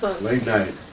late-night